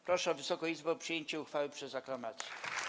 Proszę Wysoką Izbę o przyjęcie uchwały przez aklamację.